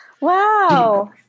Wow